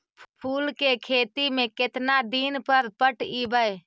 फूल के खेती में केतना दिन पर पटइबै?